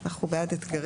אנחנו בעד אתגרים.